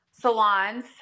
salons